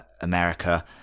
America